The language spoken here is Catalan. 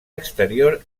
exterior